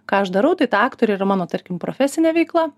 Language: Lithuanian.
ką aš darau tai ta aktorė yra mano tarkim profesine veikla